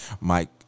mike